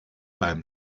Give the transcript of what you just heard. beim